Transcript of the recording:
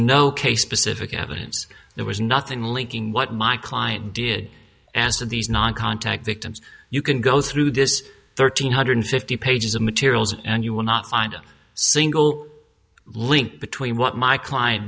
no case specific evidence there was nothing linking what my client did asked of these non contact victims you can go through this thirteen hundred fifty pages of materials and you will not find a single link between what my client